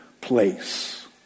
place